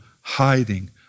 hiding